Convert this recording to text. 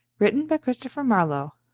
written by christopher marlo.